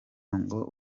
ngo